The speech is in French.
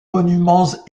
monuments